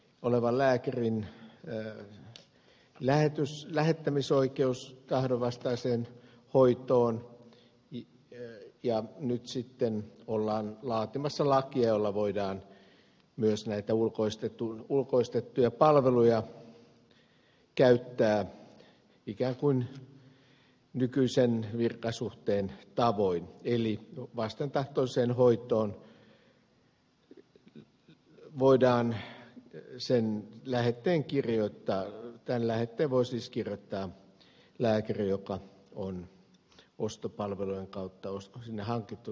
oleva lääke hyvin olevan lääkärin lähettämisoikeus tahdonvastaiseen hoitoon ja nyt sitten ollaan laatimassa lakia jolla voidaan myös näitä ulkoistettuja palveluja käyttää ikään kuin nykyisen virkasuhteen tavoin eli vastentahtoiseen hoitoon tämän lähetteen voi siis kirjoittaa lääkäri joka on ostopalvelujen kautta sinne hankittu tai muuten